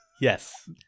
yes